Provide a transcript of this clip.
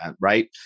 Right